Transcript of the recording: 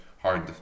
hard